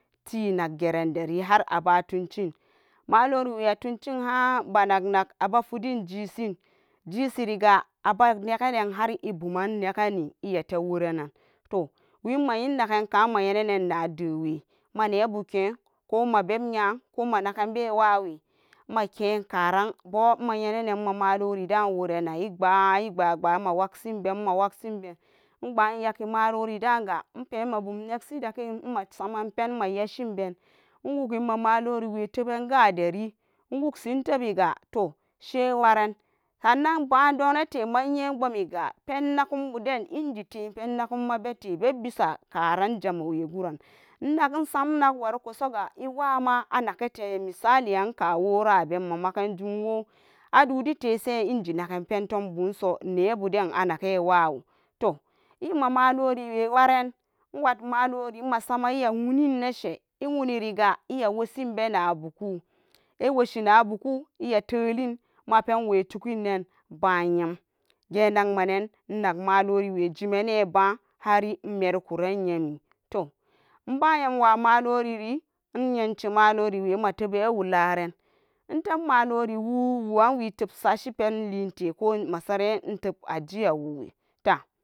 Ti naggeren deri har abatuncin maloriwe atuncin ha'a banag nag abafidin jisin, jisi riga abag negen har ibuman negeni iyate wurenan toh wimayin nagenka mayenen na dewe ma nyabuke ko mabeb nya ko managenbe wawe make karanbo manyenenon ma malorida wurenan igba'an i gbagba ma wagsin ben, mawagsin ben nga'a nyaki maroridaga inpema bum negsi daken masaman pen mayeshin ben, iwugu ima maloriwe teben kaderi iwugsin ntubiga toh she pwaren sannan badonetema nye gbomiga pen nagum buden ingitepen nagumma bete bebisa karan jamowe gura, inag isan inag warko soga iwama anagate misali anka wora aben ma makemwo adudi tesen inji naken pentumboso nebudan anage wawo, toh imma maloriwe gwaren, iwag malori masamen iya wunin neshe iwuniriga iya wushin bena buku, iwoshi na buku iya telin mapenwetukin nan ba nyam genagmanen inagmaloriwe jimane ba hari imerikuran nyemi toh ibayamwa maloriri inyanci maloriwe matobane wularen intub maloriwu wuwanwi tubsa shi penlite ko masaren ajiyawu ta.